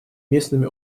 местными